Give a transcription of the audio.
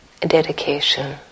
dedication